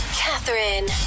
catherine